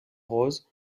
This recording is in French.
rose